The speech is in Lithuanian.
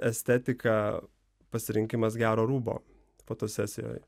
estetika pasirinkimas gero rūbo fotosesijoj